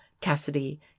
Cassidy